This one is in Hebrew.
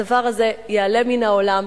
הדבר הזה ייעלם מן העולם,